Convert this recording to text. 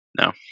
No